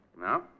No